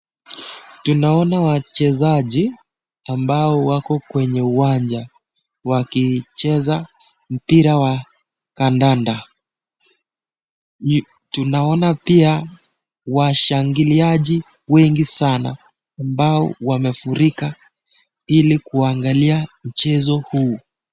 Tunaona wachezaji, ambao wako kwenye uwanja wakicheza mpira wa kadada. Tunaona pia washangiliaji wengi sana, ambao wamefurika ili kuangalia mchezo huu.